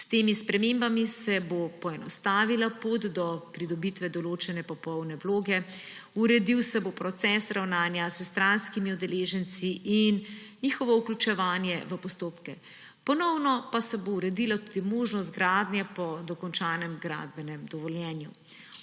S temi spremembami se bo poenostavila pot do pridobitve določene popolne vloge, uredila se bosta proces ravnanja s stranskimi udeleženci in njihovo vključevanje v postopke. Ponovno se bo uredila tudi možnost gradnje po dokončanem gradbenem dovoljenju.